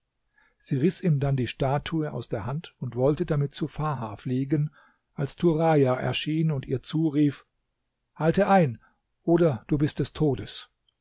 sie riß ihm dann die statue aus der hand und wollte damit zu farha fliegen als turaja erschien und ihr zurief halte ein oder du bist des todes